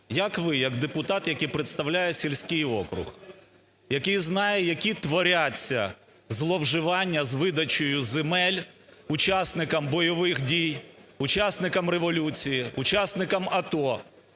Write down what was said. Як ви як депутат, який представляє сільський округ, який знає, які творяться зловживання з видачею земель учасникам бойових дій, учасникам Революції, учасникам АТО,